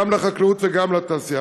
גם לחקלאות וגם לתעשייה.